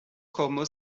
como